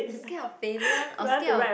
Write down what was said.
scared of failure or scared of